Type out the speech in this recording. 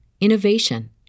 innovation